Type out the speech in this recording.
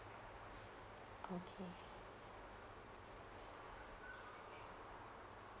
okay